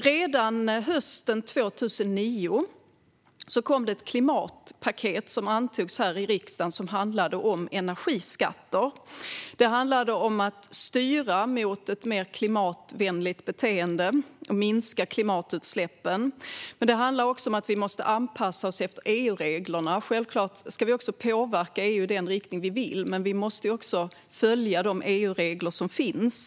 Redan hösten 2009 antogs ett klimatpaket här i riksdagen som handlade om energiskatter, om att styra mot ett mer klimatvänligt beteende och om att minska klimatutsläppen. Men det handlade också om att vi måste anpassa oss efter EU-reglerna. Självklart ska vi också påverka EU i den riktning vi vill, men vi måste följa de EU-regler som finns.